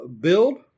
build